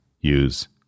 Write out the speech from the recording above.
use